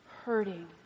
hurting